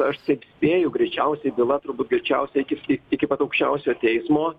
aš taip spėju greičiausiai byla turbūt greičiausia eis iki pat aukščiausio teismo